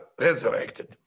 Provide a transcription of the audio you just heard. resurrected